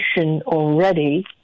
already